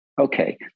okay